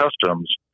customs